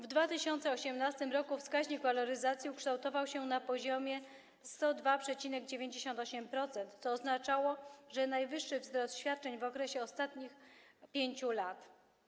W 2018 r. wskaźnik waloryzacji ukształtował się na poziomie 102,98%, co oznaczało najwyższy wzrost świadczeń w okresie ostatnich 5 lat.